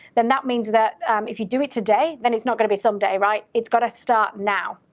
then that means that if you do it today then it's not gonna be someday, right? it's gotta start now.